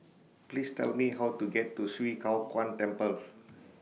Please Tell Me How to get to Swee Kow Kuan Temple